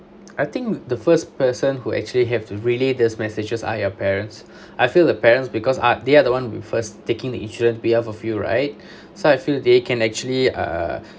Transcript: I think the first person who actually have to relay those messages are your parents I feel the parents because ah they are the one who first taking the insurance we have a few right so I feel they can actually uh